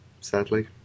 sadly